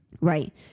Right